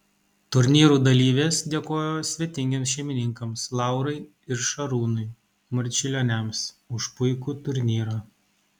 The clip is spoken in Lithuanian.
turnyrų dalyvės dėkojo svetingiems šeimininkams laurai ir šarūnui marčiulioniams už puikų turnyrą